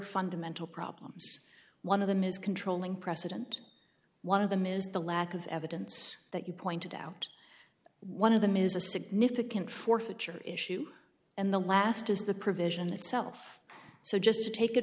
fundamental problems one of them is controlling precedent one of them is the lack of evidence that you pointed out one of them is a significant forfeiture issue and the last is the provision itself so just to take it